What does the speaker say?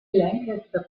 lancaster